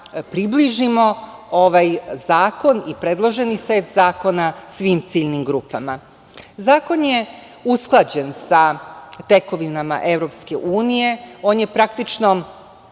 približimo ovaj zakon i predloženi set zakona svim ciljnim grupama. Zakon je usklađen sa tekovinama EU. On je praktično